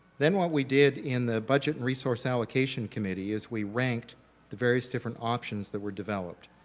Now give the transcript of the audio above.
then what we did in the budget resource allocation committee is we ranked the various different options that were developed.